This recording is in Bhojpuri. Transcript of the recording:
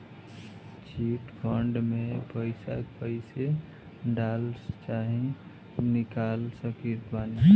चिट फंड मे पईसा कईसे डाल चाहे निकाल सकत बानी?